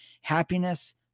happiness